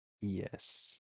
Yes